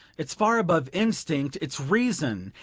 it's far above instinct it's reason,